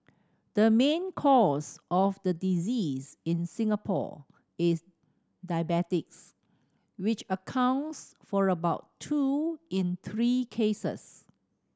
the main cause of the disease in Singapore is diabetes which accounts for about two in three cases